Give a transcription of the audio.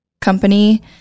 company